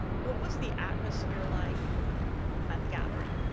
what was the atmosphere like at the gathering?